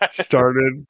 started